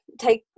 take